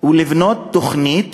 ולבנות תוכנית